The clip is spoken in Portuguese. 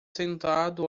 sentado